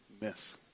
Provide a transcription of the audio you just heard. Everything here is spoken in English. miss